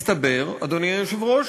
מסתבר, אדוני היושב-ראש,